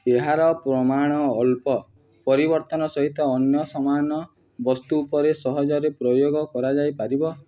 ଏହାର ପ୍ରମାଣ ଅଳ୍ପ ପରିବର୍ତ୍ତନ ସହିତ ଅନ୍ୟ ସମାନ ବସ୍ତୁ ଉପରେ ସହଜରେ ପ୍ରୟୋଗ କରାଯାଇପାରିବ